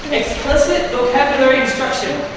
explicit vocabulary instruction.